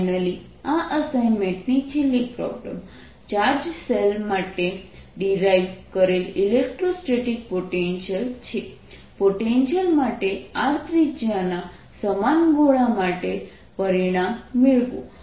finally આ એસાઈનમેન્ટની છેલ્લી પ્રોબ્લમ ચાર્જ શેલ માટે ડીરાઇવ કરેલ ઇલેક્ટ્રોસ્ટેટિક પોટેન્શિયલ છે પોટેન્શિયલ માટે r ત્રિજ્યાના સમાન ગોળા માટે પરિણામ મેળવો